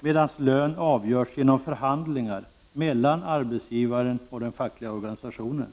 medan lönen avgörs genom förhandlingar mellan arbetsgivaren och den fackliga organisationen.